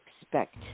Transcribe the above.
expect